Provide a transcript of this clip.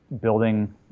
building